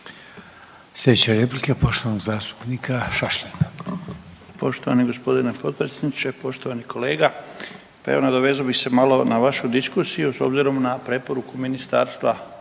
Sljedeća replika je poštovanog zastupnika Šašlina.